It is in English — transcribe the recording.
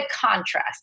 contrast